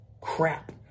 crap